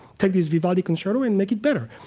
take this vivaldi concerto and make it better.